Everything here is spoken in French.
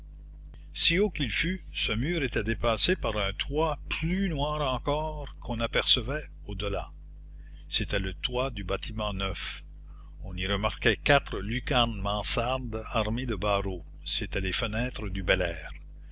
si haut qu'il fût ce mur était dépassé par un toit plus noir encore qu'on apercevait au delà c'était le toit du bâtiment neuf on y remarquait quatre lucarnes mansardes armées de barreaux c'étaient les fenêtres du bel air